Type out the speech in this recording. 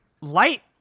light